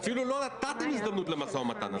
נטענה טענה,